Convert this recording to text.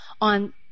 on